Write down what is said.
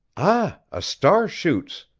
ah, a star shoots!